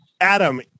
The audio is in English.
Adam